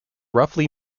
roughly